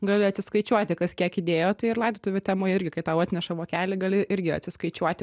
gali atsiskaičiuoti kas kiek įdėjo tai ir laidotuvių temoj irgi kai tau atneša vokelį gali irgi atsiskaičiuoti